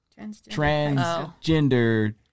transgender